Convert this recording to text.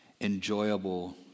enjoyable